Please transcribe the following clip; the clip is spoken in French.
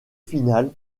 final